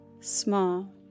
Small